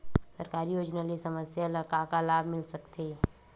सरकारी योजना ले समस्या ल का का लाभ मिल सकते?